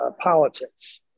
politics